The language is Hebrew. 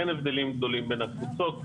אין הבדלים גדולים בין הקבוצות,